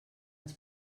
ens